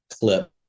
clip